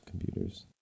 computers